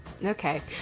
Okay